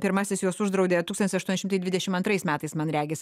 pirmasis juos uždraudė tūkstantis aštuoni šimtai dvidešim antrais metais man regis